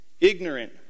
ignorant